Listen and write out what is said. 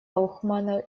гаухмана